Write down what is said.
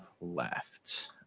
left